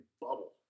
bubble